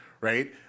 right